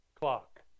Clock